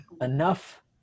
enough